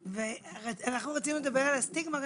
רצינו לדבר על הסטיגמה.